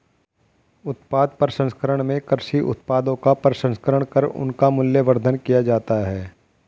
उत्पाद प्रसंस्करण में कृषि उत्पादों का प्रसंस्करण कर उनका मूल्यवर्धन किया जाता है